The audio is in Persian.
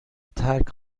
ترک